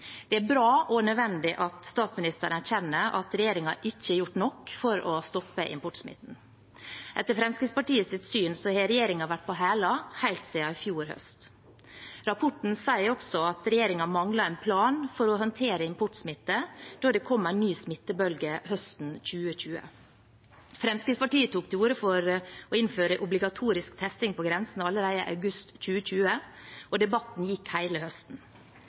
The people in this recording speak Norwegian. Det er bra og nødvendig at statsministeren erkjenner at regjeringen ikke har gjort nok for å stoppe importsmitten. Etter Fremskrittspartiets syn har regjeringen vært på hælene helt siden i fjor høst. Rapporten sier også at regjeringen manglet en plan for å håndtere importsmitte da det kom en ny smittebølge høsten 2020. Fremskrittspartiet tok til orde for å innføre obligatorisk testing på grensene allerede i august 2020, og debatten gikk hele høsten.